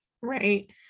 Right